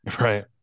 Right